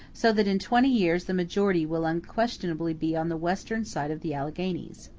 so that in twenty years the majority will unquestionably be on the western side of the alleghanies.